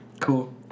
Cool